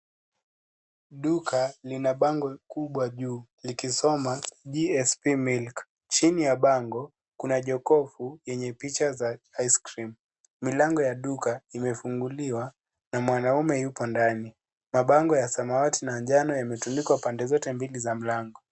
Duka lina bango kubwa juu likisoma GSP Milk , chini ya bango kuna jokofu yenye picha za ice cream . Milango ya duka imefunguliwa na mwanaume yupo ndani mabango ya samawati na njano yametundikwa pande zote mbili za mlango.